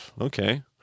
Okay